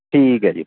ਠੀਕ ਹੈ ਜੀ